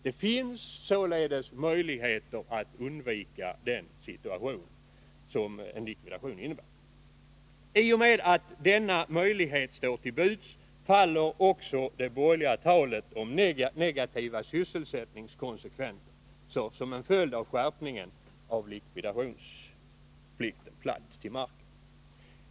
Det finns således möjlighet att undvika den situation som en likvidation innebär. I och med att denna möjlighet står till buds faller också det borgerliga talet om negativa sysselsättningskonsekvenser av skärpningen av likvidationsplikten platt till marken.